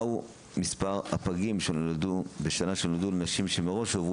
מה הוא מספר הפגים שנולדו לנשים שמראש עברו